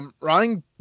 Ryan